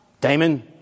Damon